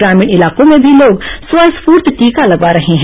ग्रामीण इलाकों में भी लोग स्व स्फूर्त टीका लगवा रहे हैं